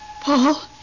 Paul